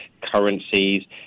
currencies